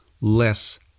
Less